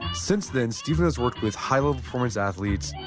since then, steven has worked with high level performance athletes,